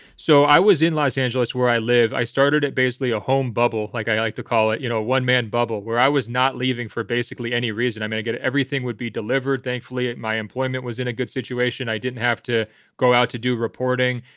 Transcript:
so i was in los angeles where i live. i started at basically a home bubble, like i like to call it, you know, one man bubble where i was not leaving for basically any reason. i mean, to get everything would be delivered. thankfully, at my employment was in a good situation. i didn't have to go out to do reporting.